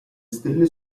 stelle